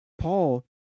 Paul